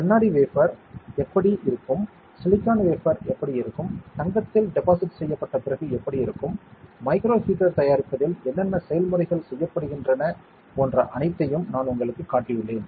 கண்ணாடி வேஃபர் எப்படி இருக்கும் சிலிக்கான் வேஃபர் எப்படி இருக்கும் தங்கத்தில் டெபாசிட் செய்யப்பட்ட பிறகு எப்படி இருக்கும் மைக்ரோ ஹீட்டர் தயாரிப்பதில் என்னென்ன செயல்முறைகள் செய்யப்படுகின்றன போன்ற அனைத்தையும் நான் உங்களுக்குக் காட்டியுள்ளேன்